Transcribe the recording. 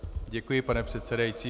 Děkuji, pane předsedající.